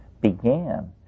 began